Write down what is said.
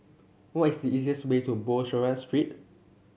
what is the easiest way to Bussorah Street